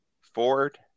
Ford